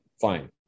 fine